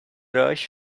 rush